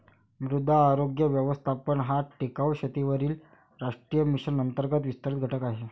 मृदा आरोग्य व्यवस्थापन हा टिकाऊ शेतीवरील राष्ट्रीय मिशन अंतर्गत विस्तारित घटक आहे